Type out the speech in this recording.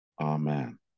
Amen